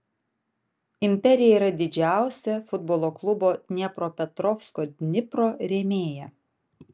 imperija yra didžiausia futbolo klubo dniepropetrovsko dnipro rėmėja